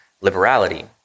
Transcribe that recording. liberality